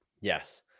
Yes